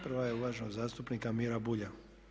Prva je uvaženog zastupnika Mire Bulja.